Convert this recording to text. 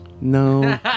No